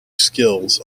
skills